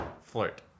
Flirt